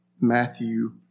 Matthew